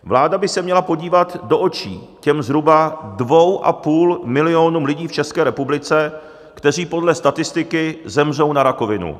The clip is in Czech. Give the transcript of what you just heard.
Vláda by se měla podívat do očí těm zhruba dvěma a půl milionům lidí v České republice, kteří podle statistiky zemřou na rakovinu.